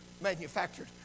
manufactured